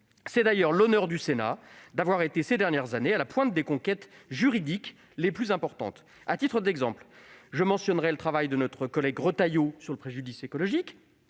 C'est d'ailleurs l'honneur du Sénat d'avoir été, ces dernières années, à la pointe des conquêtes juridiques les plus importantes. À titre d'exemple, je mentionnerai le travail de notre collègue Retailleau sur le préjudice écologique,